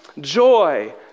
joy